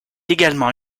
également